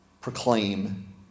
proclaim